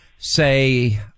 say